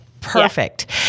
perfect